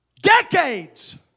Decades